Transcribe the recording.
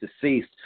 deceased